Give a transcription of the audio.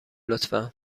لطفا